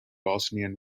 bosnian